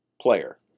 player